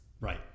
Right